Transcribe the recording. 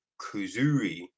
Kuzuri